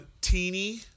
Teeny